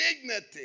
dignity